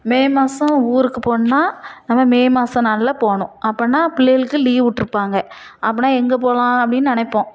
மே மாதம் ஊருக்கு போகணுன்னா நம்ம மே மாதம் நாளில் போகணும் அப்படின்னா பிள்ளைகளுக்கு லீவ் விட்ருப்பாங்க அப்படின்னா எங்கே போகாலாம் அப்படின்னு நினைப்போம்